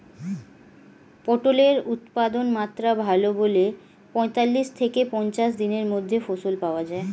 পটলের উৎপাদনমাত্রা ভালো বলে পঁয়তাল্লিশ থেকে পঞ্চাশ দিনের মধ্যে ফসল পাওয়া যায়